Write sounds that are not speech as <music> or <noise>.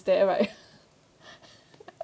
there right <laughs> <breath> <laughs>